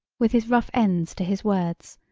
with his rough ends to his words,